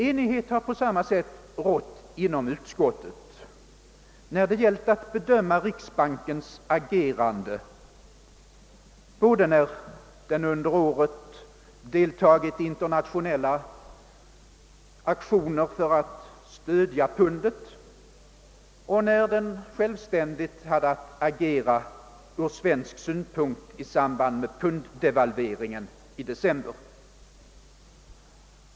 Enighet har på samma sätt rått inom utskottet när det gällt att bedöma riksbankens agerande både när den under året deltagit i internationella aktioner för att stödja pundet och när den självständigt haft att agera ur svensk synpunkt i samband med punddevalveringen i december.